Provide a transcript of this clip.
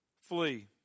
Flee